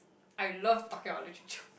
I love talking about literature